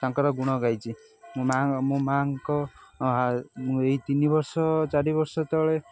ତାଙ୍କର ଗୁଣ ଗାଇଛି ମୋ ମା' ମୋ ମା'ଙ୍କ ଏଇ ତିନିିବର୍ଷ ଚାରି ବର୍ଷ ତଳେ